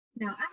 Now